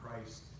Christ